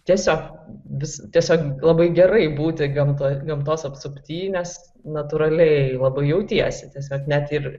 tiesiog vis tiesiog labai gerai būti gamto gamtos apsupty nes natūraliai labai jautiesi tiesiog net ir